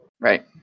Right